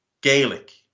Gaelic